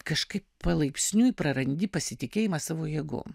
kažkaip palaipsniui prarandi pasitikėjimą savo jėgų